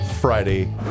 Friday